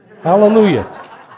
Hallelujah